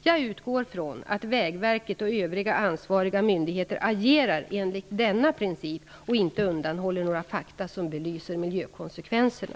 Jag utgår från att Vägverket och övriga ansvariga myndigheter agerar enligt denna princip och inte undanhåller några fakta som belyser miljökonsekvenserna.